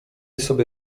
sobie